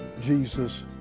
Jesus